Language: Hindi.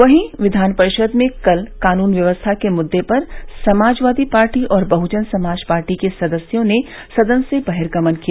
वहीं विधान परिषद में कल कानून व्यवस्था के मुद्दे पर समाजवादी पार्टी और बह्जन समाज पार्टी के सदस्यों ने सदन से बहिगर्मन किया